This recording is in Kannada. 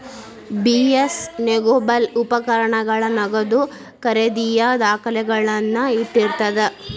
ಬಿ.ಎಸ್ ನೆಗೋಬಲ್ ಉಪಕರಣಗಳ ನಗದು ಖರೇದಿಯ ದಾಖಲೆಗಳನ್ನ ಇಟ್ಟಿರ್ತದ